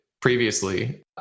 previously